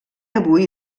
avui